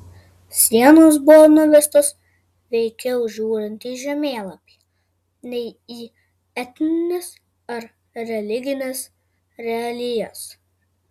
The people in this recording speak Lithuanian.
sienos buvo nuvestos veikiau žiūrint į žemėlapį nei į etnines ar religines realijas